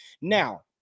Now